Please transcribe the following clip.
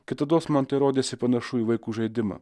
kitados man tai rodėsi panašu į vaikų žaidimą